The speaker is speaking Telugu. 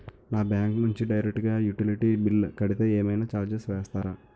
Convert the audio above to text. నా బ్యాంక్ నుంచి డైరెక్ట్ గా యుటిలిటీ బిల్ కడితే ఏమైనా చార్జెస్ వేస్తారా?